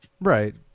Right